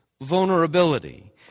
vulnerability